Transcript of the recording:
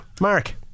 Mark